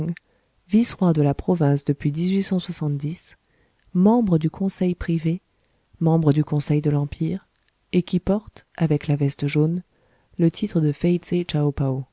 vice roi de la province depuis membre du conseil privé membre du conseil de l'empire et qui porte avec la veste jaune le titre de